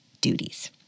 duties